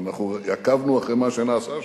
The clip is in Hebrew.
אבל אנחנו עקבנו אחרי מה שנעשה שם,